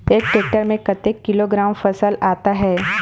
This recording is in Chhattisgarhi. एक टेक्टर में कतेक किलोग्राम फसल आता है?